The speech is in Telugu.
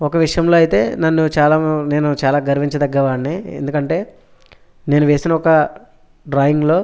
ఒక విషయంలో అయితే నన్ను చాలా నేను చలా గర్వించదగ్గవాడ్ని ఎందుకు అంటే నేను వేసిన ఒక డ్రాయింగ్లో